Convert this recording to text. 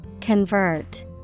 convert